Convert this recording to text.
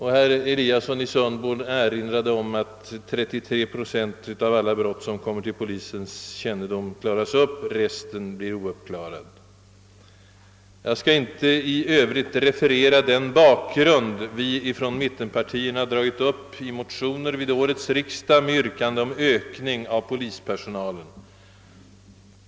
Herr Eliasson i Sundborn erinrade om att endast 33 procent av alla brott som kommer till polisens kännedom klaras upp, resten blir ouppklarade., Jag skall inte referera den bakgrund som vi från mittenpartierna har dragit upp i motioner till årets riksdag med yrkande om ökning av polispersonalen.